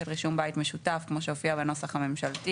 רישום בית משותף כמו שהופיע בנוסח הממשלתי,